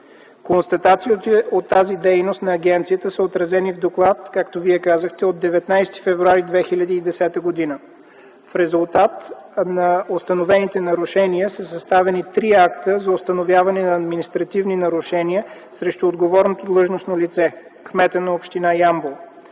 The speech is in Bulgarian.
Констатациите от тази дейност на агенцията са отразени в доклад, както Вие казахте, от 19 февруари 2010 г. В резултат на установените нарушения са съставени три акта за установяване на административни нарушения срещу отговорното длъжностно лице – кмета на община Ямбол.